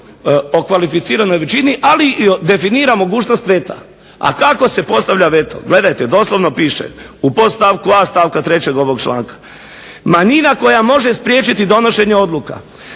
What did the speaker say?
o kvalificiranoj većini ali i definira mogućnost veta, a kako se postavlja veto. Gledajte, doslovno piše, u podstavku a. stavka 3. ovog članka, manjina koja može spriječiti donošenje odluke